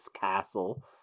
castle